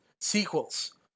sequels